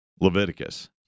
Leviticus